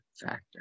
factor